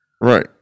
Right